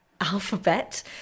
alphabet